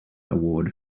award